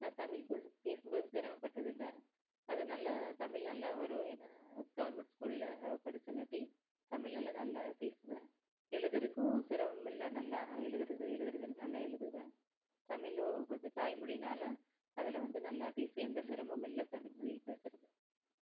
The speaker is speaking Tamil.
நான் தமிழ் பேசும்போது சிரமப்பட்டதில்லை அதனால தமிழ் நல்லா வரும் ஏன்னா கவர்மெண்ட் ஸ்கூலில் படிச்சங்காட்டி தமிழலாம் நல்லா பேசுவேன் எழுதறக்கும் சிரமம் இல்லை நல்லா எழுதுறது எழுதுகிறது நல்லா எழுதுவன் தமிழ் வந்து தாய் மொழினால அதில் வந்து நல்லா பேசி எந்த சிரமமும் இல்லை தமிழ் மொழி பேசகிறது